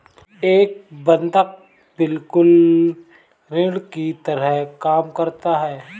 एक बंधक बिल्कुल ऋण की तरह काम करता है